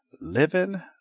Living